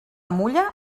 mulla